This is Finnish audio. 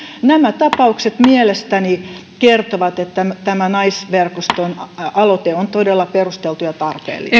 nämä tapaukset mielestäni kertovat että tämä naisverkoston aloite on todella perusteltu ja tarpeellinen